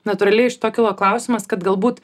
natūraliai iš to kilo klausimas kad galbūt